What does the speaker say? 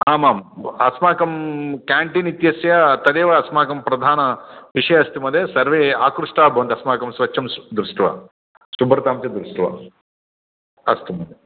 आम् आम् अस्माकं केण्टिन् इत्यस्य तदेव अस्माकं प्रधान विषय अस्ति महोदय सर्वे आकृष्टाः भवन्ति अस्माकं स्वच्छं दृष्ट्वा शुभ्रतां च दृष्ट्वा अस्तु महोदयः